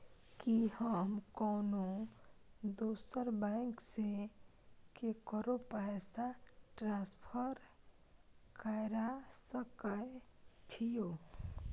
की हम कोनो दोसर बैंक से केकरो पैसा ट्रांसफर कैर सकय छियै?